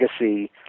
legacy